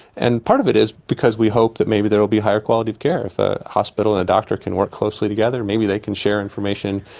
and part of it is because we hope that maybe there will be higher quality of care if a hospital and a doctor can work closely together maybe they can share information,